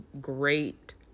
great